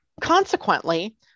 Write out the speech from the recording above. consequently